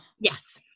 Yes